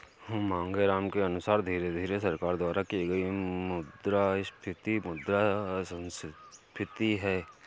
मांगेराम के अनुसार धीरे धीरे सरकार द्वारा की गई मुद्रास्फीति मुद्रा संस्फीति है